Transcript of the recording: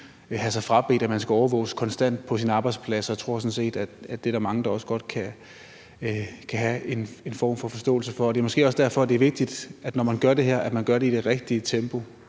at man skal overvåges konstant på sin arbejdsplads. Jeg tror sådan set, at det er der mange der kan have en form for forståelse for. Det er måske også derfor, at det er vigtigt, at når man gør det her, gør man det i det rigtige tempo,